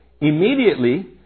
Immediately